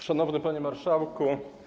Szanowny Panie Marszałku!